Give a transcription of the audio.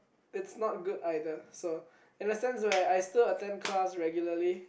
it' not good either so in the sense where I still attend class regularly